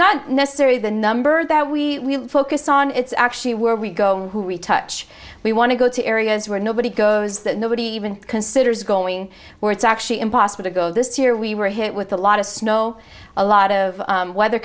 not necessarily the number that we focus on it's actually were we go who we touch we want to go to areas where nobody goes that nobody even considers going where it's actually impossible to go this year we were hit with a lot of snow a lot of weather